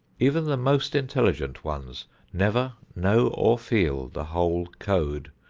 even the most intelligent ones never know or feel the whole code,